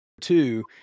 two